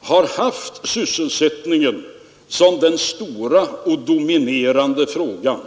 har haft sysselsättningen som den stora och dominerande frågan.